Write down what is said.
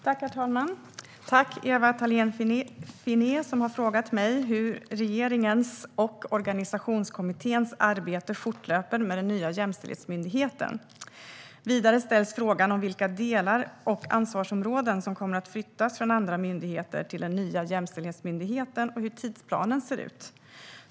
Herr talman! Ewa Thalén Finné har frågat mig hur regeringens och organisationskommitténs arbete fortlöper med den nya jämställdhetsmyndigheten. Vidare ställs frågor om vilka delar och ansvarsområden som kommer att flyttas från andra myndigheter till den nya jämställdhetsmyndigheten och hur tidsplanen ser ut.